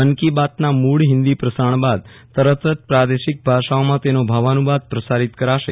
મન કી બાતના મુળ હિંદી પ્રસારણ બાદ તરત જ પ્રાદેશિક ભાષાઓમાં તેનો ભાવાનુવાદ પ્રસારિત કરાશે